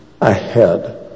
ahead